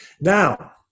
Now